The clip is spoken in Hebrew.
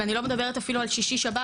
ואני לא מדברת אפילו על שישי שבת,